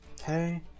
Okay